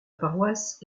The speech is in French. paroisse